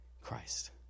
Christ